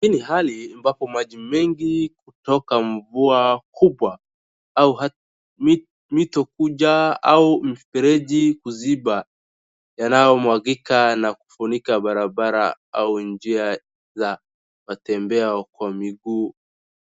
Hii ni hali ambapo maji mengi kutoka mvua kubwa au mito kuja au mifereji kuziba, yanayomwagika na kufunika barabara au njia za watembea kwa miguu